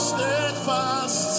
Steadfast